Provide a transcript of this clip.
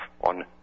on